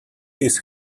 his